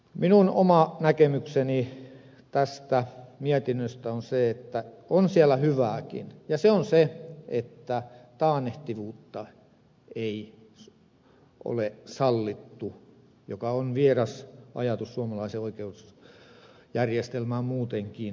minun oma näkemykseni tästä mietinnöstä on se että on siellä hyvääkin ja se on se että taannehtivuutta ei ole sallittu ja se on vieras ajatus suomalaiseen oikeusjärjestelmään muutenkin